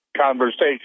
conversation